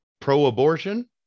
pro-abortion